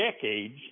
decades